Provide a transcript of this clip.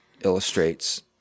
illustrates